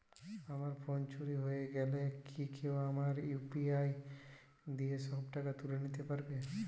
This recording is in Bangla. আমার ফোন চুরি হয়ে গেলে কি কেউ আমার ইউ.পি.আই দিয়ে সব টাকা তুলে নিতে পারবে?